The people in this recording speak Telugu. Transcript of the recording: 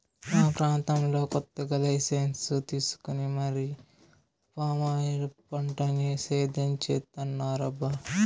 మా ప్రాంతంలో కొత్తగా లైసెన్సు తీసుకొని మరీ పామాయిల్ పంటని సేద్యం చేత్తన్నారబ్బా